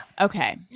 Okay